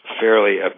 fairly